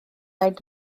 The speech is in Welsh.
oed